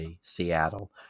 Seattle